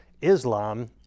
Islam